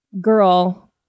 girl